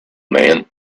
man